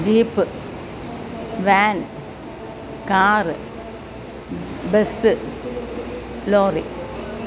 jeep van car bus lorry